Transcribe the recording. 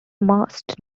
must